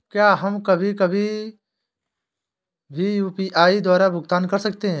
क्या हम कभी कभी भी यू.पी.आई द्वारा भुगतान कर सकते हैं?